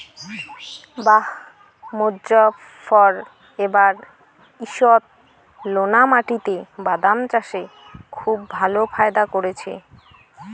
বাঃ মোজফ্ফর এবার ঈষৎলোনা মাটিতে বাদাম চাষে খুব ভালো ফায়দা করেছে